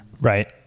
Right